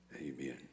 Amen